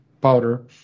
powder